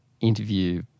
interview